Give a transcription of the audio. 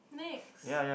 next